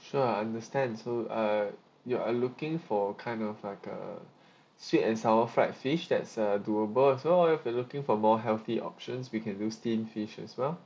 sure I understand so uh you are looking for kind of like uh sweet and sour fried fish that's uh doable as well if you're looking for more healthy options we can do steam fish as well